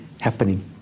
happening